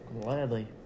gladly